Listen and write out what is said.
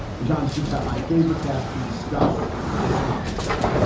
and john's just about my favorite cast to discuss this topic with.